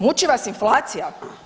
Muči vas inflacija?